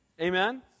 Amen